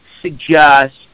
suggest